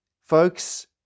folks